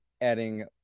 adding